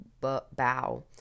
bow